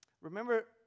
remember